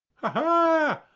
ha!